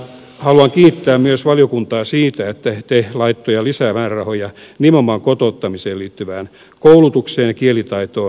haluan kiittää myös valiokuntaa siitä että te laitoitte lisää määrärahoja nimenomaan kotouttamiseen liittyvään koulutukseen ja kielitaitoon